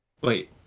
Wait